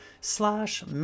slash